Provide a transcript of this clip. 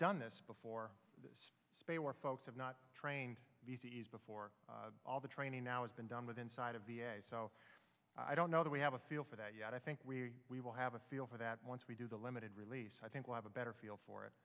done this before this space where folks have not trained before all the training now it's been done with inside of the so i don't know that we have a feel for that yet i think we will have a feel for that once we do the limited release i think we'll have a better feel for it